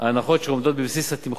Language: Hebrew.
ההנחות שעומדות בבסיס התמחור.